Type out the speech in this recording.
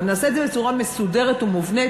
אבל נעשה את זה בצורה מסודרת ומובנית.